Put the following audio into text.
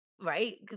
Right